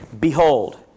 Behold